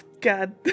god